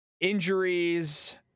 injuries